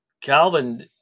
calvin